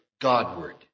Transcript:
Godward